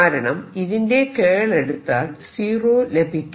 കാരണം ഇതിന്റെ കേൾ എടുത്താൽ സീറോ ലഭിക്കും